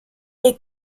les